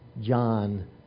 John